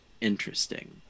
interesting